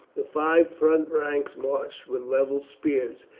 the five front ranks marched with levelled spears,